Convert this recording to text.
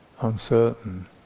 uncertain